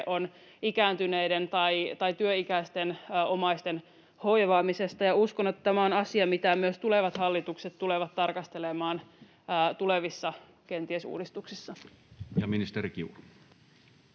on ikääntyneiden tai työikäisten omaisten hoivaamisesta. Uskon, että tämä on asia, mitä myös tulevat hallitukset tulevat tarkastelemaan kenties tulevissa uudistuksissa.